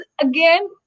again